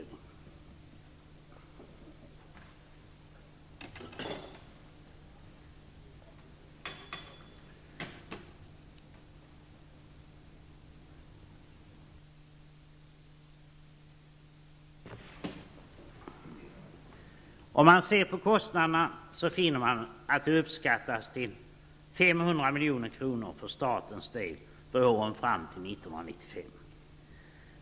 Om man ser på kostnaderna finner man att de uppskattas till 500 milj.kr. för statens del för åren fram till 1995.